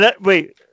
wait